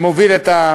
שמוביל את,